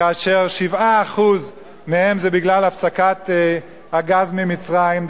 כאשר 7% מהם זה בגלל הפסקת הגז ממצרים,